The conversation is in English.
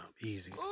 Easy